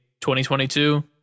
2022